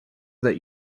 that